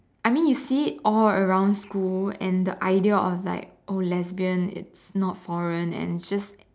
I think you see it all around school and the idea of like oh lesbian it's not foreign and it's just